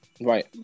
right